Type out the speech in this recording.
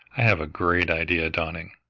i have a great idea dawning.